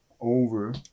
over